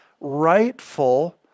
rightful